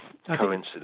Coincidence